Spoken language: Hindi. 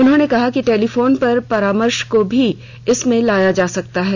उन्होंने कहा कि टेलीफोन पर परामर्श को भी इसमें लाया जा सकता है